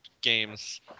games